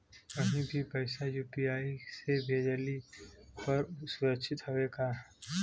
कहि भी पैसा यू.पी.आई से भेजली पर ए सुरक्षित हवे का?